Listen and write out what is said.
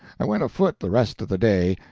i went afoot the rest of the day,